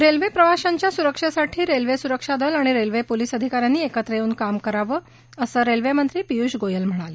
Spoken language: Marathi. रेल्वे प्रवाशांच्या सुरक्षेसाठी रेल्वे सुरक्षा दल आणि रेल्वे पोलीस अधिका यांनी एकत्र येऊन काम करावं असं रेल्वेमंत्री पियुष गोयल म्हणाले